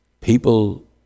people